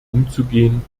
umzugehen